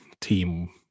team –